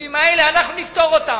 הספציפיים האלה, אנחנו נפתור אותם.